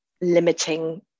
limiting